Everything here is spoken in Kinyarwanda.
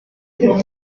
bibero